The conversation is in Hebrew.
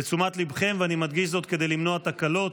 לתשומת ליבכם, ואני מדגיש זאת כדי למנוע תקלות,